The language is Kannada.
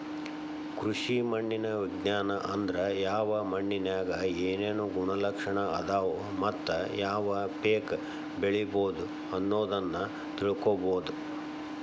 ಕೃಷಿ ಮಣ್ಣಿನ ವಿಜ್ಞಾನ ಅಂದ್ರ ಯಾವ ಮಣ್ಣಿನ್ಯಾಗ ಏನೇನು ಗುಣಲಕ್ಷಣ ಅದಾವ ಮತ್ತ ಯಾವ ಪೇಕ ಬೆಳಿಬೊದು ಅನ್ನೋದನ್ನ ತಿಳ್ಕೋಬೋದು